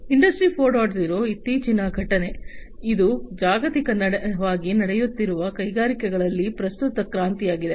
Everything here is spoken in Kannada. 0 ಇತ್ತೀಚಿನ ಘಟನೆ ಇದು ಜಾಗತಿಕವಾಗಿ ನಡೆಯುತ್ತಿರುವ ಕೈಗಾರಿಕೆಗಳಲ್ಲಿ ಪ್ರಸ್ತುತ ಕ್ರಾಂತಿಯಾಗಿದೆ